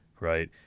Right